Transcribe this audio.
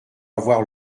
avoir